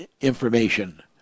information